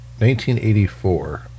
1984